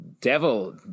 devil